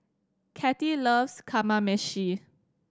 Kattie loves Kamameshi